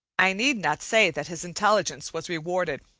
i need not say that his intelligence was rewarded.